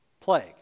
plague